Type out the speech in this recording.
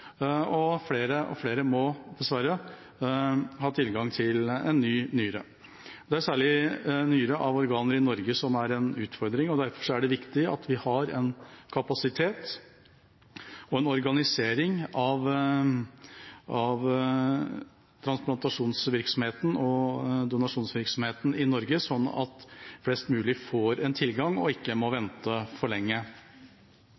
og flere og flere må dessverre ha tilgang til en ny nyre. Av organer er det i Norge særlig nyrer som er en utfordring, og derfor er det viktig at vi har en sånn kapasitet og organisering av transplantasjonsvirksomheten og donasjonsvirksomheten i Norge at flest mulig får tilgang og ikke må